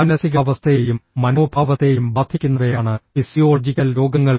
മാനസികാവസ്ഥയെയും മനോഭാവത്തെയും ബാധിക്കുന്നവയാണ് ഫിസിയോളജിക്കൽ രോഗങ്ങൾ